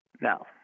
Now